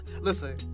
listen